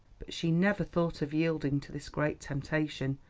but she never thought of yielding to this great temptation,